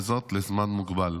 וזאת לזמן מוגבל.